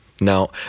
Now